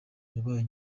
yabaye